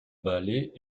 ballet